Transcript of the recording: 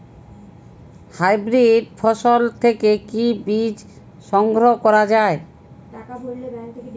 Hybrid ফসল থেকে কি বীজ সংগ্রহ করা য়ায়?